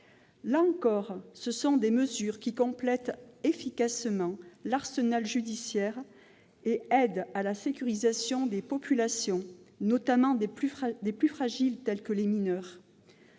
Là encore, ce sont des mesures qui complètent efficacement l'arsenal judiciaire et concourent à la sécurisation des populations, notamment des plus fragiles comme les mineurs.